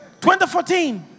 2014